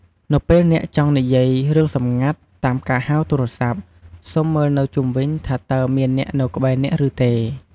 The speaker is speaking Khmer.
នៅពេលអ្នកចង់និយាយារឿងសម្ងាត់តាមការហៅទូរស័ព្ទ សូមមើលនៅជុំវិញថាតើមានអ្នកនៅក្បែរអ្នកឬទេ។